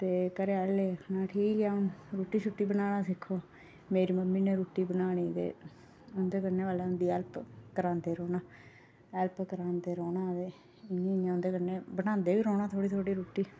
ते घरै आह्ले आखन लगे ठीक ऐ हून रुट्टी बनाना सिक्खो मेरी मम्मी नै रुट्टी बनानी ते में उंदे कन्नै हैल्प करांदे रौह्ना हैल्प करांदे रौह्ना ते इं'या इं'या बनांदे बी रौह्ना रुट्टी